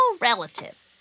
relative